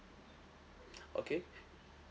okay